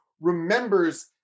remembers